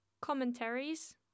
commentaries